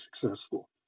successful